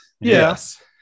Yes